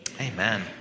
amen